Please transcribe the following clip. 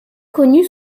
connue